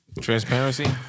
Transparency